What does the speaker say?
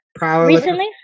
Recently